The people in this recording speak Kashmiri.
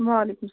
وعلیکُم سلام